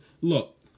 look